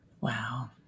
Wow